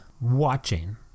watching